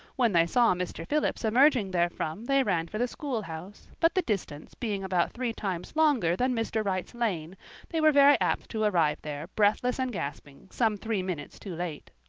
when they saw mr. phillips emerging therefrom they ran for the schoolhouse but the distance being about three times longer than mr. wright's lane they were very apt to arrive there, breathless and gasping, some three minutes too late.